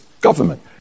government